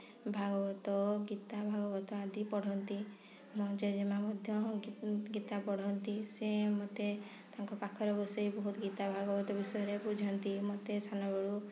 ଭାଗବତ ଗୀତା ଭାଗବତ ଆଦି ପଢ଼ନ୍ତି ମୋ ଜେଜେ ମାଆ ମଧ୍ୟ ଗୀତା ପଢ଼ନ୍ତି ସେ ମୋତେ ତାଙ୍କ ପାଖରେ ବସାଇ ବହୁତ୍ ଗୀତା ଭାଗବତ ବିଷୟରେ ବୁଝାନ୍ତି ମୋତେ ସାନ ବେଳୁ